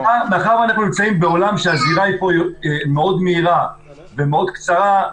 מאחר שאנחנו נמצאים בעולם שבו הזירה מאוד מהירה ומאוד קצרה,